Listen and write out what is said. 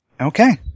Okay